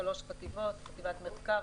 שלוש חטיבות: חטיבת מחקר,